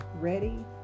Ready